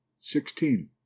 sixteen